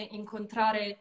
incontrare